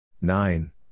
Nine